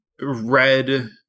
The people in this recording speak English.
red